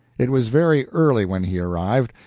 it was very early when he arrived,